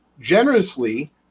generously